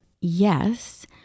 Yes